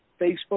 Facebook